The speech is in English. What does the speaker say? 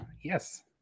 yes